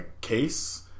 case